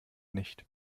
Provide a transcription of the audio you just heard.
nicht